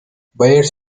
buyers